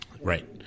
Right